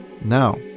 now